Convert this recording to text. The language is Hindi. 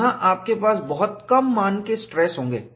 यहां आपके पास बहुत कम मान के स्ट्रेस होंगे